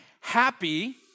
Happy